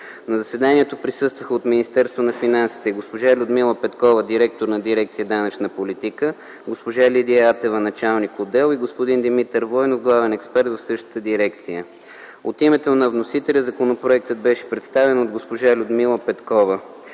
На заседанието присъстваха: от Министерството на финансите – госпожа Людмила Петкова – директор на дирекция „Данъчна политика”, госпожа Лидия Атева – началник отдел и господин Димитър Войнов – главен експерт в същата дирекция. От името на вносителя законопроектът беше представен от госпожа Людмила Петкова.